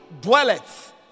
dwelleth